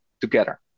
together